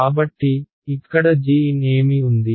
కాబట్టి ఇక్కడ gn ఏమి ఉంది